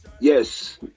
Yes